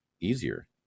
easier